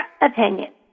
opinion